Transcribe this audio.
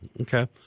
Okay